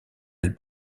elle